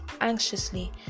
anxiously